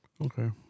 Okay